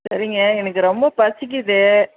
சரிங்க எனக்கு ரொம்ப பசிக்கிது